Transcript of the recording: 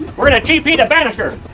we're gonna tp the banister.